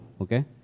okay